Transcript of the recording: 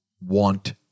want